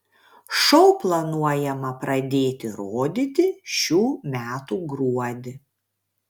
šou planuojama pradėti rodyti šių metų gruodį